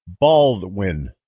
Baldwin